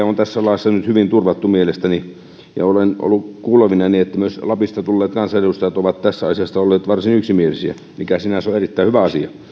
on tässä laissa nyt hyvin turvattu mielestäni ja olen ollut kuulevinani että myös lapista tulleet kansanedustajat ovat tästä asiasta olleet varsin yksimielisiä mikä sinänsä on erittäin hyvä asia